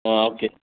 okay